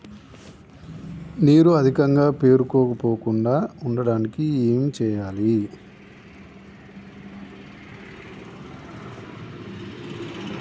నీరు అధికంగా పేరుకుపోకుండా ఉండటానికి ఏం చేయాలి?